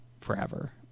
forever